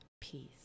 peace